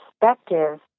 perspective